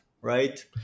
Right